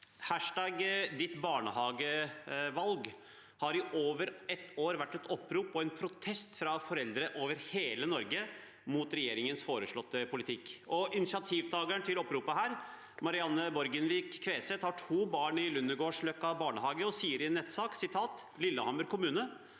#dittbarnehagevalg har i over et år vært et opprop og en protest fra foreldre over hele Norge mot regjeringens foreslåtte politikk. Initiativtakeren til oppropet, Marianne Borgenvik Kveseth, har to barn i Lundgaardsløkka barnehage og sier i en nettsak: «Lillehammer kommune